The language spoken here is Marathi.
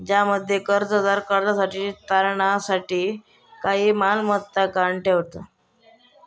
ज्यामध्ये कर्जदार कर्जासाठी तारणा साठी काही मालमत्ता गहाण ठेवता